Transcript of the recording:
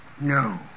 No